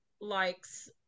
likes